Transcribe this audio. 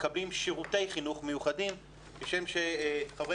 מקבלים שירותי חינוך מיוחדים כשם שחברי